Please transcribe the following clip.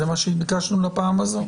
זה מה שביקשנו לפעם הזאת.